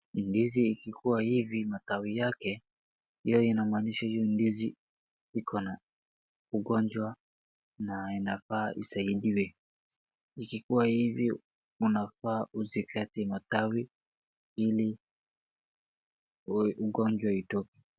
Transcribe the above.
Ndizi ikikuwa hivi matawi yake, hio inamaanisha hio ndizi iko na ugonjwa na inafaa isaidiwe. Ikikuwa hivi unafaa uzikate matawi, ili ugonjwa itoke.